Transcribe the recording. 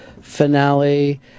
finale